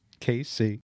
KC